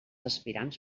aspirants